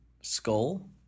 skull